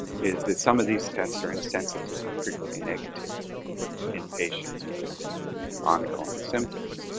is that some of these tests are insensitive and frequently negative in patients with ongoing symptoms.